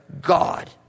God